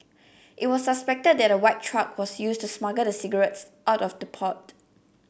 it was suspected that a white truck was used to smuggle the cigarettes out of the port